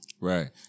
Right